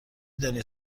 دانی